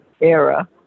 era